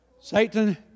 Satan